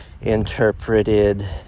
Interpreted